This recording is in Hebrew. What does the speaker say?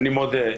אני מודה לך.